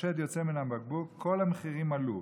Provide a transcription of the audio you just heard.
והשד יוצא מן הבקבוק, כל המחירים עלו.